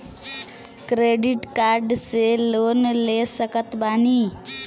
Credit card से loan ले सकत बानी?